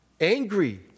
angry